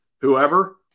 whoever